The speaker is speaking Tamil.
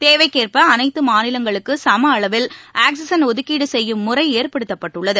தேவைக்கேற்ப அனைத்து மாநிலங்களுக்கு சம அளவில் ஆக்ஸிஜன் ஒதுக்கீடு செய்யும் முறை ஏற்படுத்தப்பட்டுள்ளது